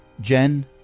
Jen